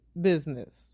business